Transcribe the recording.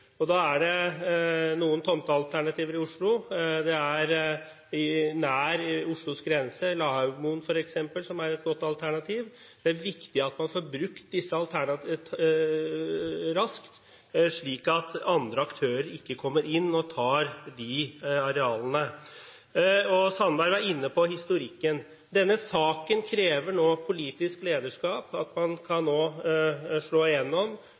og det er noen nær Oslos grense – f.eks. Lahaugmoen, som er et godt alternativ. Det er viktig at man får sett på disse alternativene raskt, slik at andre aktører ikke kommer inn og tar arealene. Sandberg var inne på historikken. Denne saken krever politisk lederskap, at man nå kan skjære gjennom